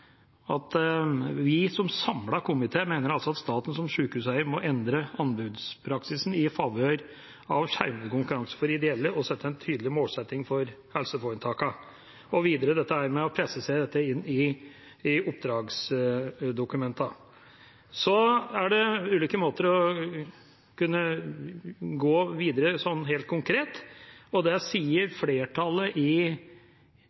Vi – en samlet komité – mener at staten som sykehuseier må endre anbudspraksisen i favør av skjermede konkurranser for ideelle og sette tydelige mål for helseforetakene, og videre presisere dette i oppdragsdokumentene. Det er ulike måter å kunne gå videre med dette, sånn helt konkret. Og dette sier